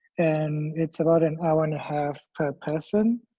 and it's about an hour and a half per person.